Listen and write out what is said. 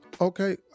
okay